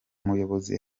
buyobozi